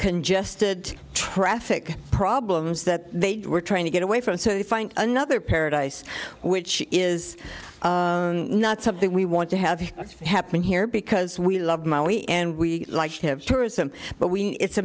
congested traffic problems that they were trying to get away from so they find another paradise which is not something we want to have happen here because we love mali and we like to have tourism but we it's a